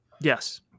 Yes